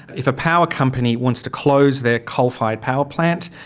if a power company wants to close their coal fired power plant,